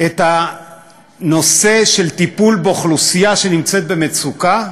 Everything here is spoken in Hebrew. את הנושא של טיפול באוכלוסייה שנמצאת במצוקה,